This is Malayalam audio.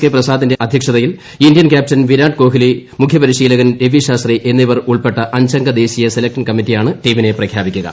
കെ പ്രസാദിന്റെ അധ്യക്ഷതയിൽ ഇന്ത്യൻ ക്യാപ്റ്റൻ വിരാട് കോഹ്ലി മുഖ്യ പരിശീലകൻ രവി ശാസ്ത്രി എന്നിവർ ഉൾപ്പെട്ട അഞ്ചംഗ ദേശീയ സെലക്ഷൻ കമ്മറ്റിയാണ് ടീമിനെ പ്രഖ്യാപിക്കുക